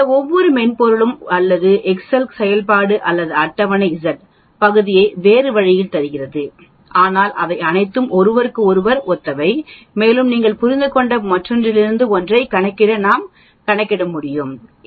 இந்த ஒவ்வொரு மென்பொருளும் அல்லது எக்செல் செயல்பாடு அல்லது அட்டவணை Z பகுதியை வேறு வழியில் தருகிறது ஆனால் அவை அனைத்தும் ஒருவருக்கொருவர் ஒத்தவை மேலும் நீங்கள் புரிந்துகொண்ட மற்றொன்றிலிருந்து ஒன்றை நாம் கணக்கிட முடியும்